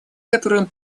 которым